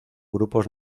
grupos